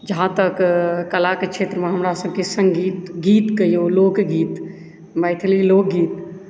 जहाँ तक कलाकेँ क्षेत्र मे हमरा सबकेँ संगीत गीत कहियौ लोकगीत मैथिली लोकगीत